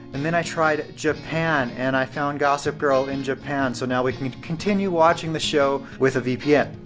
and then i tried japan and i found gossip girl in japan, so now we can continue watching the show with a vpn.